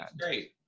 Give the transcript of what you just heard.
great